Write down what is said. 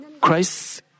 Christ